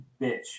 bitch